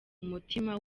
umutima